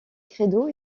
credo